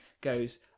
goes